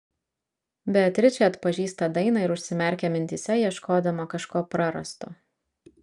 beatričė atpažįsta dainą ir užsimerkia mintyse ieškodama kažko prarasto